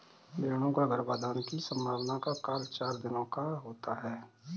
भेंड़ों का गर्भाधान की संभावना का काल चार दिनों का होता है